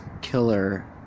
killer